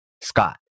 Scott